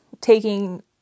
taking